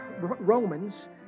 Romans